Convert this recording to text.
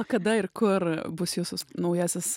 o kada ir kur bus jūsų naujasis